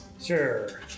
Sure